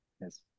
Yes